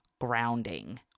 grounding